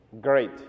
great